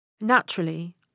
Naturally